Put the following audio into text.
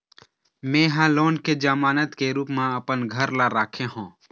में ह लोन के जमानत के रूप म अपन घर ला राखे हों